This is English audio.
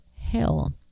hell